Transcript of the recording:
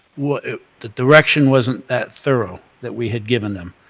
the direction wasn't that thorough, that we had given them.